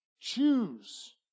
Choose